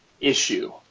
issue